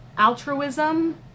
altruism